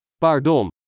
Pardon